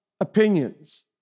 opinions